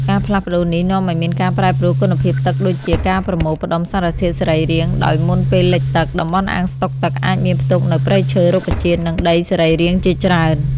ការផ្លាស់ប្តូរនេះនាំឱ្យមានការប្រែប្រួលគុណភាពទឹកដូចជា ការប្រមូលផ្តុំសារធាតុសរីរាង្គ ដោយមុនពេលលិចទឹក តំបន់អាងស្តុកទឹកអាចមានផ្ទុកនូវព្រៃឈើ រុក្ខជាតិ និងដីសរីរាង្គជាច្រើន។